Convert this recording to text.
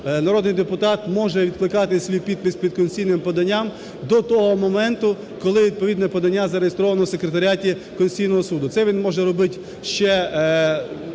народний депутат може відкликати свій підпис під конституційним поданням до того моменту, коли відповідне подання зареєстровано в Секретаріаті Конституційного Суду. Це він може робити ще